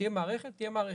כשתהיה מערכת, תהיה מערכת.